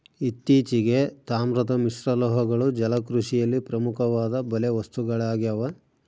ಇತ್ತೀಚೆಗೆ, ತಾಮ್ರದ ಮಿಶ್ರಲೋಹಗಳು ಜಲಕೃಷಿಯಲ್ಲಿ ಪ್ರಮುಖವಾದ ಬಲೆ ವಸ್ತುಗಳಾಗ್ಯವ